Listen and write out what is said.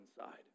inside